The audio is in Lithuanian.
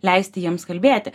leisti jiems kalbėti